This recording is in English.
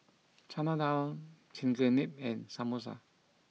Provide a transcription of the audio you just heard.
Chana Dal Chigenabe and Samosa